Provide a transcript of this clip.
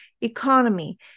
economy